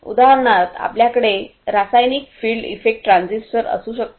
उदाहरणार्थ आपल्याकडे रासायनिक फील्ड इफेक्ट ट्रान्झिस्टर असू शकतात